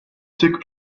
took